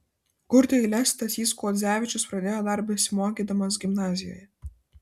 kurti eiles stasys kuodzevičius pradėjo dar besimokydamas gimnazijoje